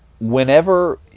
whenever